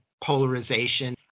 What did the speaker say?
polarization